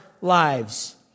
lives